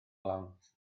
lawnt